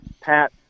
Pat